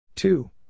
Two